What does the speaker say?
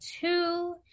two